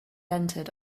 entered